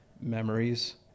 memories